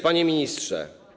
Panie Ministrze!